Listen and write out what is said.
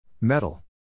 Metal